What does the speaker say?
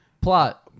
plot